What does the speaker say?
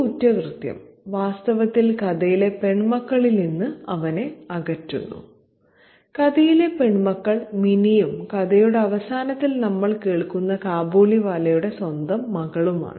ഈ കുറ്റകൃത്യം വാസ്തവത്തിൽ കഥയിലെ പെൺമക്കളിൽ നിന്ന് അവനെ അകറ്റുന്നു കഥയിലെ പെൺമക്കൾ മിനിയും കഥയുടെ അവസാനത്തിൽ നമ്മൾ കേൾക്കുന്ന കാബൂളിവാലയുടെ സ്വന്തം മകളുമാണ്